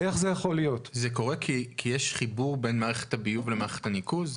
זה קורה כי יש חיבור בין מערכת הביוב למערכת הניקוז?